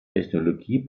technologie